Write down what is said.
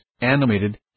animated